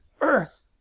earth